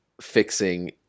fixing